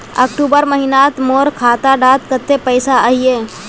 अक्टूबर महीनात मोर खाता डात कत्ते पैसा अहिये?